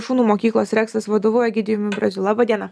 šunų mokyklos reksas vadovu egidijumi braziu laba diena